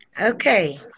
Okay